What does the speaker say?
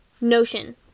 Notion